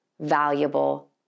valuable